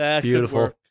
Beautiful